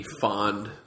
fond